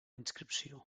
inscripció